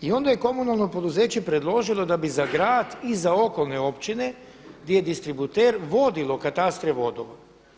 I onda je komunalno poduzeće predložilo da bi za grad i za okolne opčine gdje je distributer vodilo katastre vodovoda.